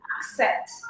accept